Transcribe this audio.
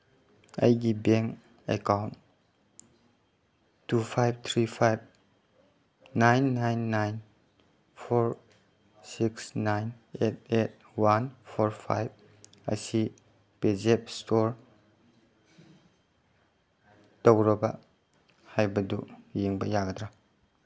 ꯑꯩꯒꯤ bank account two five three five nine nine nine four six nine eight eight one four five ꯑꯁꯤ ꯄꯦꯖꯦꯞ ꯏꯁꯇꯣꯔ ꯇꯧꯔꯕ ꯍꯥꯏꯕꯗꯨ ꯌꯦꯡꯕ ꯌꯥꯒꯗ꯭ꯔꯥ